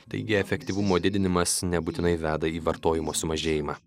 taigi efektyvumo didinimas nebūtinai veda į vartojimo sumažėjimą